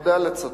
והקליט.